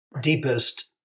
deepest